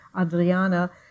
Adriana